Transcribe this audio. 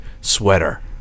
sweater